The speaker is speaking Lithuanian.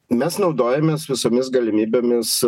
mes naudojamės visomis galimybėmis